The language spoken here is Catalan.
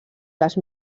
les